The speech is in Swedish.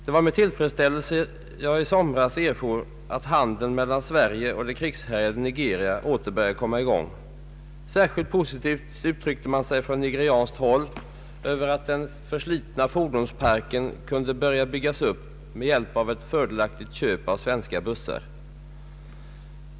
Det var med tilifredsställelse jag i somras erfor att handeln mellan Sverige och det krigshärjade Nigeria åter började komma i gång. Särskilt positivt uttryckte man sig på nigerianskt håll över att den förslitna fordonsparken kunde börja byggas upp med hjälp av ett fördelaktigt köp av svenska bussar.